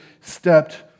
stepped